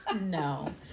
No